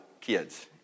kids